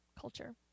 culture